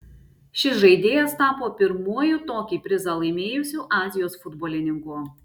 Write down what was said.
šis žaidėjas tapo pirmuoju tokį prizą laimėjusiu azijos futbolininku